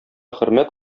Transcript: хөрмәт